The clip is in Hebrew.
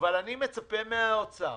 אבל אני מצפה מהאוצר